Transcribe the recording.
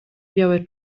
białe